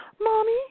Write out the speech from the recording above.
Mommy